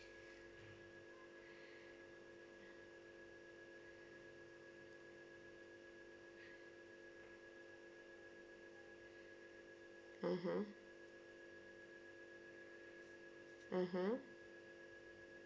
mmhmm mmhmm